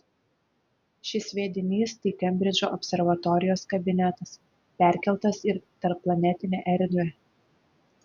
šis sviedinys tai kembridžo observatorijos kabinetas perkeltas į tarpplanetinę erdvę